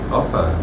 offer